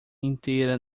inteira